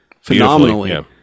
phenomenally